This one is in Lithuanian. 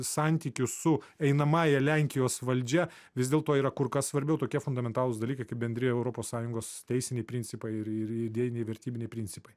santykius su einamąja lenkijos valdžia vis dėlto yra kur kas svarbiau tokie fundamentalūs dalykai kaip bendri europos sąjungos teisiniai principai ir ir idėjiniai vertybiniai principai